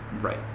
right